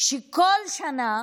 שכל שנה